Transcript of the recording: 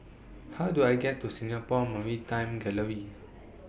How Do I get to Singapore Maritime Gallery